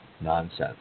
nonsense